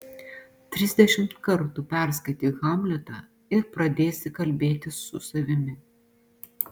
trisdešimt kartų perskaityk hamletą ir pradėsi kalbėtis su savimi